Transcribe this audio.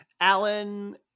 Alan